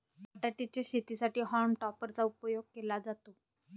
बटाटे च्या शेतीसाठी हॉल्म टॉपर चा उपयोग केला जातो